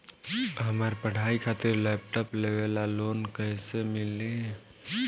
हमार पढ़ाई खातिर लैपटाप लेवे ला लोन कैसे मिली?